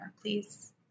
please